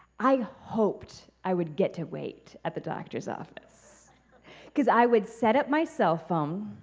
i hoped i would get to wait at the doctor's office because i would set up my cell phone